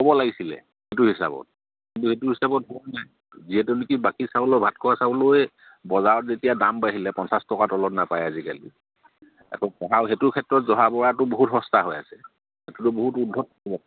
হ'ব লাগিছিলে সেইটো হিচাপত কিন্তু সেইটো হিচাপত হোৱা নাই যিহেতু নেকি বাকী চাউলৰ ভাত খোৱা চাউলৰে বজাৰত যেতিয়া দাম বাঢ়িলে পঞ্চাছ টকাৰ তলত নাপায় আজিকালি আকৌ সেইটো ক্ষেত্ৰত জহা বৰাটো বহুত সস্তা হৈ আছে সেইটোতো বহুত উৰ্দ্ধত